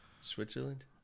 Switzerland